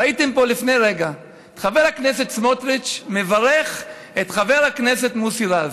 ראיתם פה לפני רגע את חבר הכנסת סמוטריץ מברך את חבר הכנסת מוסי רז.